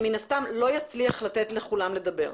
מן הסתם, לא אצליח לתת לכולם לדבר.